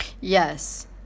yes